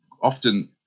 often